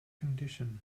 condition